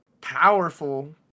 powerful